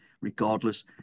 regardless